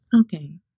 Okay